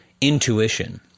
intuition